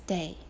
Day